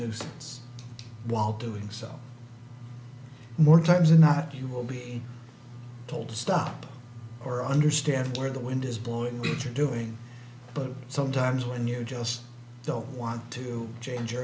nuisance while doing so more times than not you will be told to stop or understand where the wind is blowing the beach are doing but sometimes when you just don't want to change